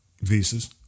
visas